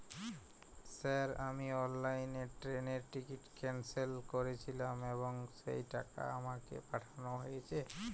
Sir আমি অনলাইনে ট্রেনের টিকিট ক্যানসেল করেছিলাম এবং সেই টাকা আমাকে পাঠানো হয়েছে?